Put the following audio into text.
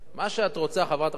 חברת הכנסת סולודקין,